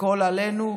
הכול עלינו,